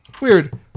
Weird